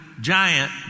giant